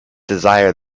desire